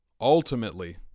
ultimately